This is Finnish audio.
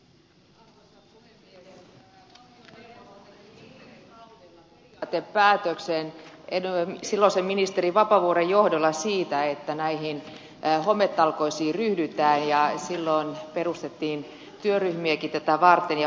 valtioneuvosto teki viime kaudella periaatepäätöksen silloisen ministeri vapaavuoren johdolla siitä että näihin hometalkoisiin ryhdytään ja silloin perustettiin työryhmiäkin tätä varten ja hometalkoot